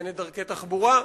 ומסכנת דרכי תחבורה,